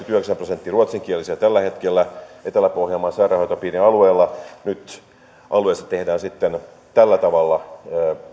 prosenttia ruotsinkielisiä tällä hetkellä etelä pohjanmaan sairaanhoitopiirin alueella nyt alueesta tehdään sitten tällä tavalla